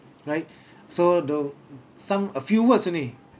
right so though some a few words only